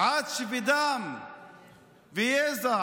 עד שבדם ויזע